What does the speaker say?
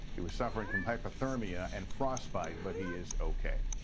he was suffering from hypothermia and frostbite but he is okay.